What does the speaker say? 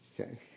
Okay